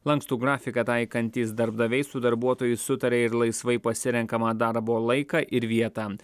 lankstų grafiką taikantys darbdaviai su darbuotoju sutaria ir laisvai pasirenkamą darbo laiką ir vietą